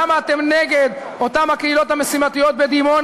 למה אתם נגד אותן הקהילות המשימתיות בדימונה,